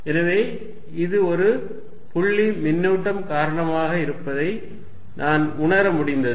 எனவே இது ஒரு புள்ளி மின்னூட்டம் காரணமாக இருப்பதை நான் உணர முடிந்தது